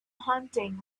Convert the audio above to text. hunting